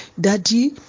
daddy